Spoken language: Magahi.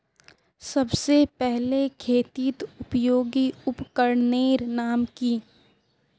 सबसे पहले खेतीत उपयोगी उपकरनेर नाम की?